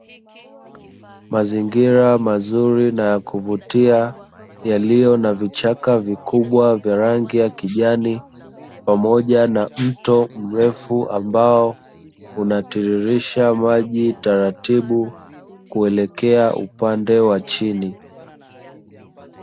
Mazingira mazuri na ya kuvutia, yaliyo na vichaka vikubwa vya rangi ya kijani pamoja na mto mrefu ambao unatiririsha maji taratibu kuelekea upande wa chini.